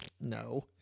No